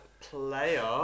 player